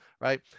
Right